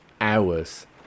hours